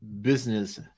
business